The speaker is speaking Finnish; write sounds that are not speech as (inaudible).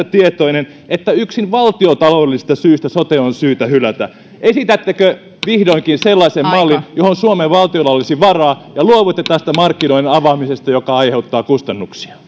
(unintelligible) tietoinen että yksin valtiontaloudellisista syistä sote on syytä hylätä esitättekö vihdoinkin sellaisen mallin johon suomen valtiolla olisi varaa ja luovutte tästä markkinoiden avaamisesta joka aiheuttaa kustannuksia